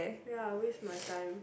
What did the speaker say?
ya waste my time